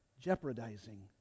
jeopardizing